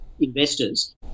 investors